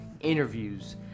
interviews